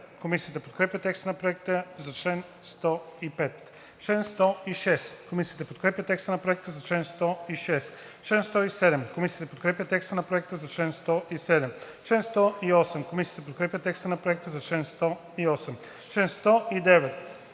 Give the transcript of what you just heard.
Комисията подкрепя текста на Проекта за чл. 112.